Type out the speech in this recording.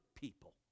people